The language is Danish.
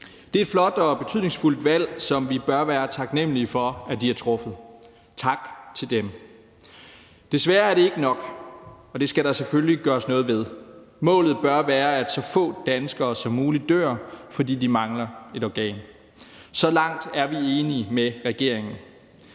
Det er et flot og betydningsfuldt valg, som vi bør være taknemlige for at de har truffet – tak til dem! Desværre er det ikke nok, og det skal der selvfølgelig gøres noget ved. Målet bør være, at så få danskere som muligt dør, fordi de mangler et organ. Så langt er vi enige med regeringen.